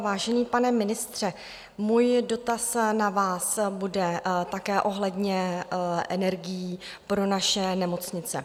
Vážený pane ministře, můj dotaz na vás bude také ohledně energií pro naše nemocnice.